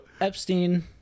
Epstein